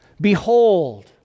Behold